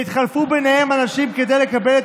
והתחלפו ביניהם אנשים כדי לקבל את